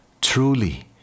truly